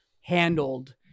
handled